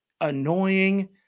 annoying